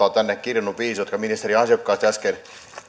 on tänne kirjannut ja jotka ministeri ansiokkaasti äsken